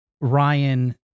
Ryan